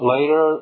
Later